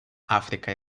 африка